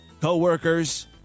coworkers